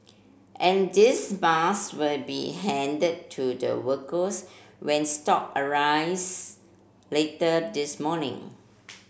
and these maths will be handed to the workers when stock arrives later this morning